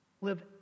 live